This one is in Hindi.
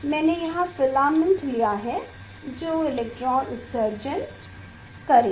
मैंने यहाँ फिलामेंट लिया है जो इलेक्ट्रॉन उत्सर्जित करेगा